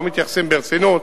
לא מתייחסים ברצינות,